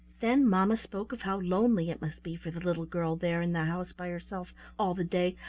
then mamma spoke of how lonely it must be for the little girl there in the house by herself all the day,